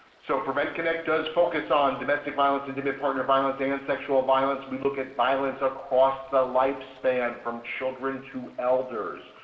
so prevent connect does focus on domestic violence, intimate partner violence and sexual violence. we look at violence across the lifespan. from children to elders.